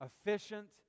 efficient